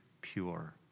pure